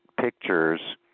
pictures